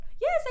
yes